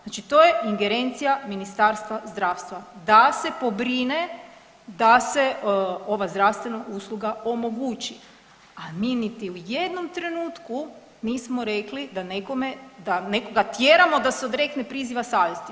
Znači to je ingerencija Ministarstva zdravstva da se pobrine da se ova zdravstvena usluga omogući, a mi niti u jednom trenutku nismo rekli da nekome, da nekoga tjeramo da se odrekne priziva savjesti.